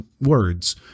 words